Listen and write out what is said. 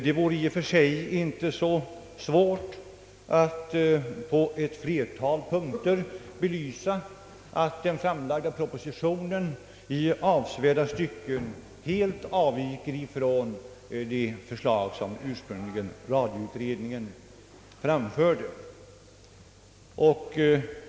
Det vore i och för sig inte så svårt att på ett flertal punkter belysa, att den framlagda propositionen i avsevärda stycken helt avviker från radioutredningens ursprungliga förslag.